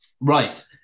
Right